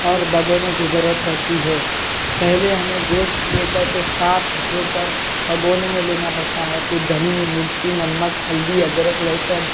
اور بھگونوں کی ضرورت پڑتی ہے پہلے ہمیں گوشت لے کر اسے صاف دھو کر بھگونے میں لینا پڑتا ہے پھر دہی مرچی نمک ہلدی ادرک لہسن